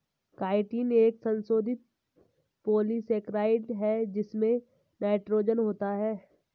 chitin एक संशोधित polysaccharide है जिसमें नाइट्रोजन होता है